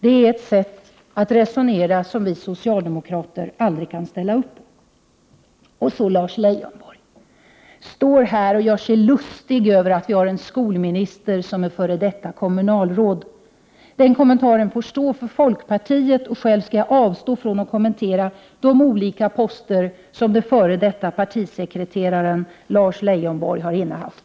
Det är ett sätt att resonera som vi socialdemokrater aldrig kan ställa upp på. Lars Leijonborg står här och gör sig lustig över att vi har en skolminister som är f.d. kommunalråd. Den kommentaren får stå för folkpartiet. Själv skall jag avstå från att kommentera de olika poster som den f.d. partisekreteraren Lars Leijonborg har innehaft.